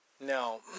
Now